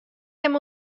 him